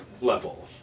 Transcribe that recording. level